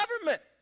government